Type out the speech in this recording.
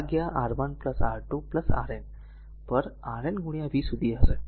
તેથી તે r vn Rn R1 R2 Rn પર Rn v સુધી હશે